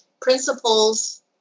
principles